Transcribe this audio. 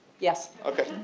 yes. okay,